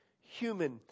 human